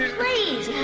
please